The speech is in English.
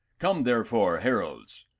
come, therefore, heralds,